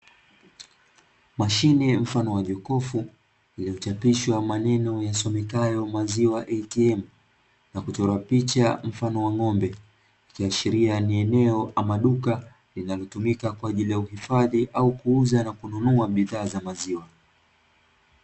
Mashine mfano wa jokofu, lililochapishwa maneno yasomekayo "Maziwa ATM" na kuchorwa picha mfano wa ng'ombe, ikiashiria ni eneo ama duka linalotumika kwa ajili ya uhifadhi au kuuza na kununua bidhaa za maziwa.